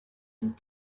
and